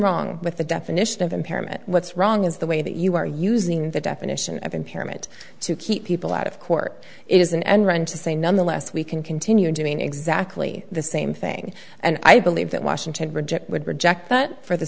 wrong with the definition of impairment what's wrong is the way that you are using the definition of impairment to keep people out of court it is an end run to say nonetheless we can continue doing exactly the same thing and i believe that washington project would reject that for the